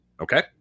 okay